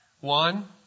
One